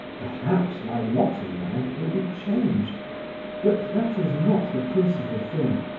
perhaps my lot in life will be changed but that is not the principal thing.